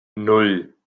nan